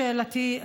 שאלתי,